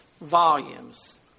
volumes